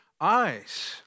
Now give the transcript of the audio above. eyes